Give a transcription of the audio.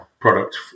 product